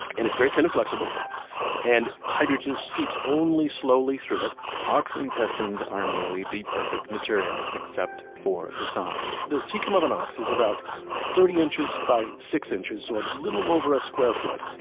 and it's very thin and flexible and hydrogen seeps only slowly through it ox intestines are nearly the perfect material except for the size that cecum of an ox is about thirty inches by six inches, so a little over a square foot.